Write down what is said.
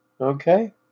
Okay